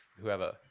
whoever